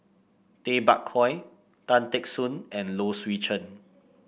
Tay Bak Koi Tan Teck Soon and Low Swee Chen